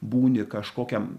būni kažkokiam